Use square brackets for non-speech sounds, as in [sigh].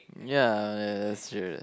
ya [noise]